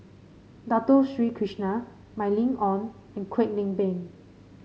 Dato Sri Krishna Mylene Ong and Kwek Leng Beng